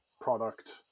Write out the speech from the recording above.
product